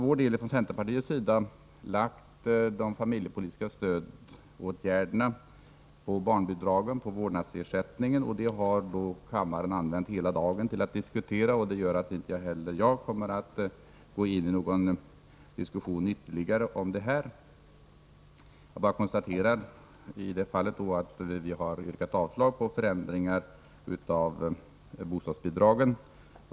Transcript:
Vi från centerpartiet har kopplat de familjepolitiska stödåtgärderna till barnbidragen, till vårdnadsersättningen. Eftersom hela dagen tagits i anspråk för den debatten, kommer inte heller jag att gå in på någon ytterligare diskussion om detta. Jag bara konstaterar att vi yrkat avslag på förslaget om förändringar av bostadsbidragen.